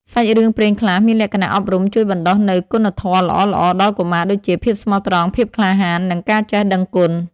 សាច់រឿងព្រេងខ្លះមានលក្ខណៈអប់រំជួយបណ្ដុះនូវគុណធម៌ល្អៗដល់កុមារ ដូចជា ភាពស្មោះត្រង់ ភាពក្លាហាន និងការចេះដឹងគុណ។